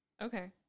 Okay